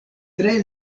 tre